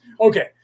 Okay